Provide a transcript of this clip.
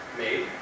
made